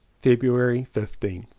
february fifteenth.